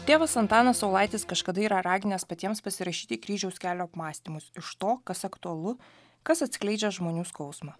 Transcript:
tėvas antanas saulaitis kažkada yra raginęs patiems pasirašyti kryžiaus kelio apmąstymus iš to kas aktualu kas atskleidžia žmonių skausmą